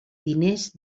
diners